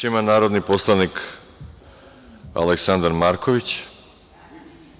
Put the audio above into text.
Reč ima narodni poslanik Aleksandar Marković.